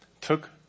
took